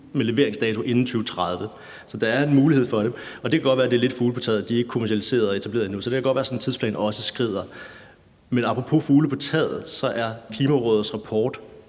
med leveringsdato inden 2030. Så der er en mulighed for det. Det kan godt være, at det lidt er fugle på taget, og de er ikke kommercialiseret og etableret endnu, så det kan godt være, at sådan en tidsplan også skrider. Men apropos fugle på taget er Klimarådets rapport